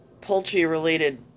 poultry-related